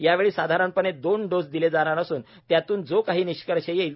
यावेळी साधारणपणे दोन डोस दिले जाणार असून यातून जो काही निष्कर्ष येईल